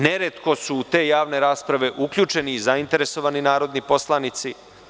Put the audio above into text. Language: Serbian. Neretko su u te javne raspraveuključeni i zainteresovani narodni poslanici.